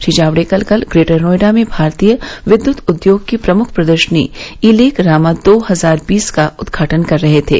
श्री जावड़ेकर कल ग्रेटर नोएडा में भारतीय विद्युत उद्योग की प्रमुख प्रदर्शनी ईलेक रामा दो हजार बीस का उद्घाटन कर रहे थे